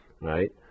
right